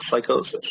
psychosis